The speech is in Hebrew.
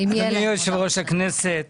יושב-ראש הכנסת